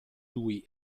lui